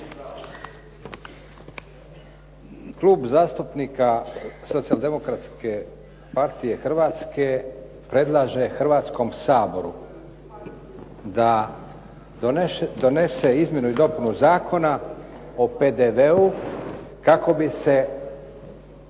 Klub zastupnika Socijaldemokratske partije Hrvatske predlaže Hrvatskom saboru da donese Izmjenu i dopunu Zakona o PDV-u kako bi se